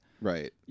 Right